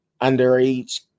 underage